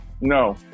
no